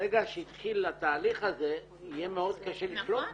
ברגע שהתחיל התהליך הזה יהיה מאוד קשה לשלוט בו.